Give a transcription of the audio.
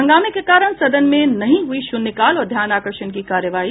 हंगामे के कारण सदन में नहीं हुई शून्यकाल और ध्यानाकर्षण की कार्यवाही